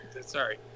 Sorry